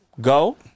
go